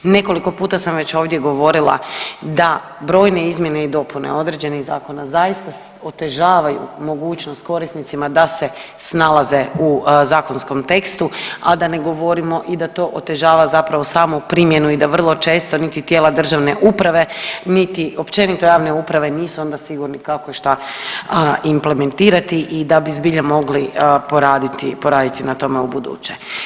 Nekoliko puta sam već ovdje govorila da brojne izmjene i dopune određenih zakona zaista otežavaju mogućnost korisnicima da se snalaze u zakonskom tekstu, a da ne govorimo o da to otežava zapravo samu primjeni i da vrlo često niti tijela državne uprave niti općenito javne uprave nisu onda sigurni kako i šta implementirati i da bi zbilja mogli poraditi na tome ubuduće.